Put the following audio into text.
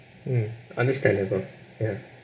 um understandable ya